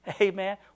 Amen